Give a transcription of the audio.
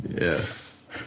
Yes